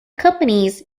companies